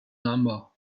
number